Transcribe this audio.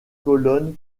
colonnes